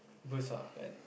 burst ah then